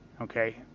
Okay